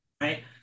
right